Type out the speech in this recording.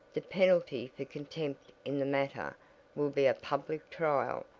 the penalty for contempt in the matter will be a public trial,